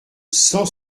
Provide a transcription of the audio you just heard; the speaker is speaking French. sans